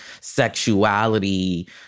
sexuality